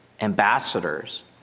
ambassadors